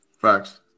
Facts